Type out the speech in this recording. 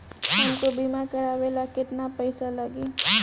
हमका बीमा करावे ला केतना पईसा लागी?